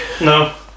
No